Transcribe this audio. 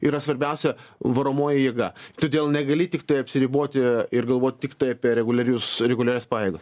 yra svarbiausia varomoji jėga todėl negali tiktai apsiriboti ir galvoti tiktai apie reguliarius reguliarias pajėgas